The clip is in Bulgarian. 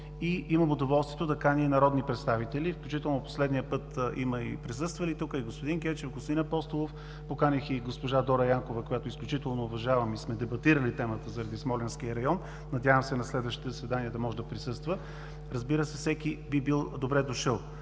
имам удоволствието да каня и народни представители, включително последния път има и присъствали тук: господин Гечев, господин Апостолов, поканих и госпожа Дора Янкова, която изключително уважавам – дебатирали сме темата заради Смолянския район, надявам се на следващите заседания да може да присъства. Разбира се, всеки би бил добре дошъл,